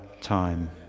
time